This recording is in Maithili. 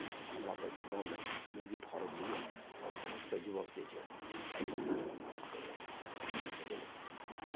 हमरा सभके गाँवमे मुर्गी फार्म भी यए आओर बहुतसँ युवक जे छै एहिमे काज कए रहल छै बुझलियै ने भए गेल